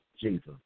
Jesus